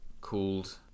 called